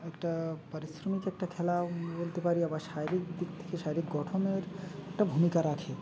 একটা পারিশ্রমিক একটা খেলা বলতে পারি আবার শারীরিক দিক থেকে শারীরিক গঠনের একটা ভূমিকা রাখে